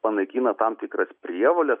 panaikina tam tikras prievoles